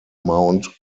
mount